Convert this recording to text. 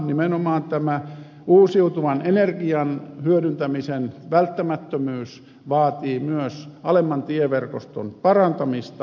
nimenomaan tämä uusiutuvan energian hyödyntämisen välttämättömyys vaatii myös alemman tieverkoston parantamista